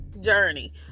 journey